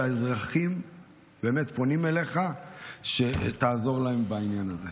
והאזרחים באמת פונים אליך שתעזור להם בעניין הזה.